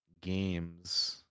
Games